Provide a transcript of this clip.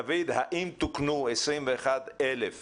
דויד, האם תוקנו 21,000 ציונים?